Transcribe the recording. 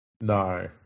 No